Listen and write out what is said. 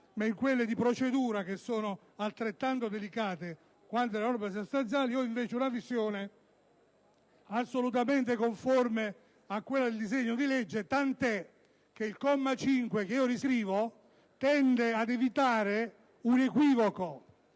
ma in quelle di procedura, che sono altrettanto delicate quanto le norme sostanziali. Invece ho una visione assolutamente conforme a quella del disegno di legge tant'è che il comma 5, che io riscrivo, tende ad evitare un equivoco,